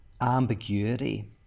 ambiguity